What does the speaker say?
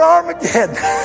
Armageddon